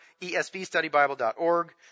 esvstudybible.org